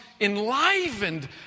enlivened